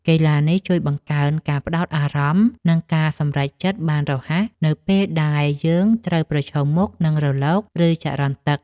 កីឡានេះជួយបង្កើនការផ្ដោតអារម្មណ៍ និងការសម្រេចចិត្តបានរហ័ស នៅពេលដែលយើងត្រូវប្រឈមមុខនឹងរលក ឬចរន្តទឹក។